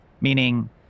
Meaning